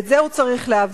ואת זה הוא צריך להבין.